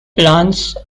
plans